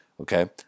Okay